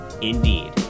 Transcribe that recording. indeed